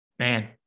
Man